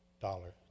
dollar